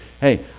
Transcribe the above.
hey